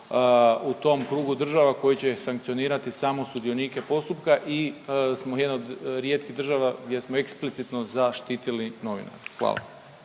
u tom krugu država koji će sankcionirati samo sudionike postupka i smo jedan od rijetkih država gdje smo eksplicitno zaštitili novinare. Hvala.